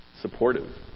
supportive